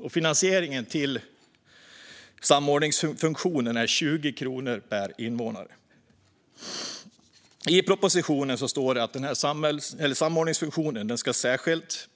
Samordningsfunktionen finansieras med 20 kronor per invånare. I propositionen står det att samordningsfunktionen ska särskilt